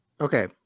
Okay